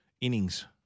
innings